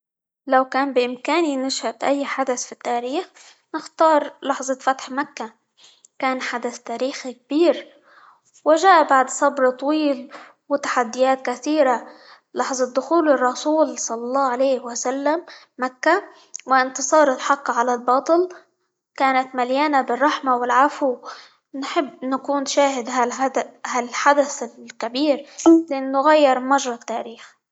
لو كان بإمكاني نشهد أي حدث في التاريخ نختار لحظة فتح مكة، كان حدث تاريخي كبير، وجاء بعد صبر طويل، وتحديات كثيرة، لحظة دخول الرسول صلى الله عليه وسلم مكة، وانتصار الحق، على الباطل، كانت مليانة بالرحمة، والعفو، نحب نكون شاهد -هاللح- هالحدث الكبير؛ لأنه غير مجرى التاريخ.